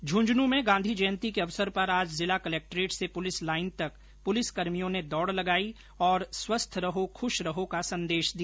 झूंझनूं में गांधी जयंती के अवसर पर आज जिला कलक्ट्रेट से पुलिस लाईन तक पुलिसकर्मियों ने दौड लगाई और स्वस्थ्य रहो खुश रहो का संदेश दिया